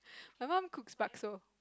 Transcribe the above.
my mum cooks bakso